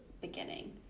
beginning